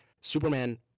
superman